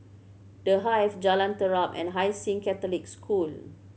The Hive Jalan Terap and Hai Sing Catholic School